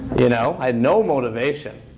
you know i had no motivation,